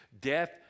death